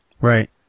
Right